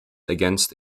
against